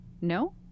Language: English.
no